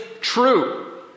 true